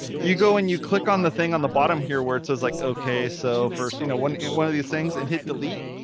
you go and you click on the thing on the bottom here where it says like, okay, so first, you know, one and one of these things and hit delete.